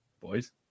Boys